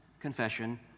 confession